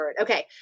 Okay